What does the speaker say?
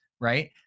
Right